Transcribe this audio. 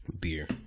beer